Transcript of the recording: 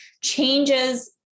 changes